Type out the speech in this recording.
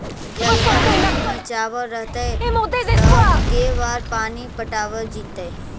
ललका मिट्टी में चावल रहतै त के बार पानी पटावल जेतै?